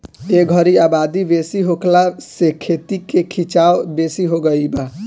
ए घरी आबादी बेसी होखला से खेती के खीचाव बेसी हो गई बा